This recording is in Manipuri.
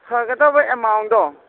ꯐꯒꯗꯕ ꯑꯦꯃꯥꯎꯟꯗꯣ